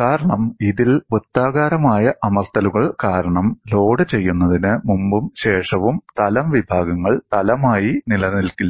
കാരണം ഇതിൽ വൃത്താകാരമായ അമർത്തലുകൾ കാരണം ലോഡ് ചെയ്യുന്നതിന് മുമ്പും ശേഷവും തലം വിഭാഗങ്ങൾ തലമായി നിലനിൽക്കില്ല